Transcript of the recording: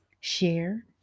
share